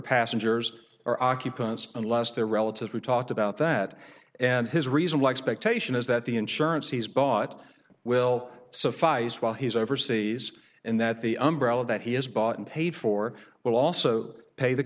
passengers or occupants unless they're relatives we talked about that and his reason why expectational is that the insurance he's bought will suffice while he's overseas and that the umbrella that he has bought and paid for will also pay the